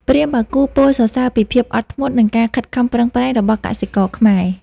ព្រាហ្មណ៍បាគូពោលសរសើរពីភាពអត់ធ្មត់ និងការខិតខំប្រឹងប្រែងរបស់កសិករខ្មែរ។